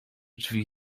drzwi